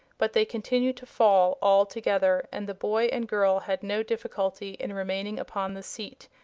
but they continued to fall, all together, and the boy and girl had no difficulty in remaining upon the seat,